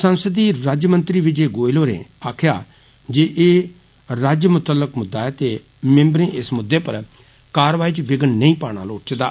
संसदीय राज्यमंत्री विजय गोयल होरें आक्खेआ जे एह् राज्य मुतल्लक मुद्रा ऐ ते मिम्बरें इस मुद्दे पर कारवाई च बिध्न नेई पाहना लोड़चदा